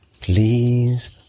Please